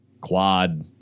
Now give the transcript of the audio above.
Quad